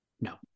no